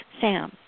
Sam